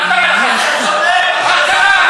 בית-המשפט טועה?